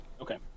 Okay